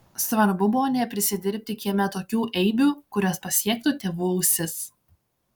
svarbu buvo neprisidirbti kieme tokių eibių kurios pasiektų tėvų ausis